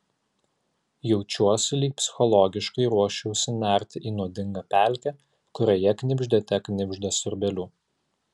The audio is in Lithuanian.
jaučiuosi lyg psichologiškai ruoščiausi nerti į nuodingą pelkę kurioje knibždėte knibžda siurbėlių